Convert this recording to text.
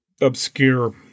obscure